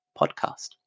podcast